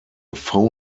phone